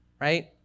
right